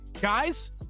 Guys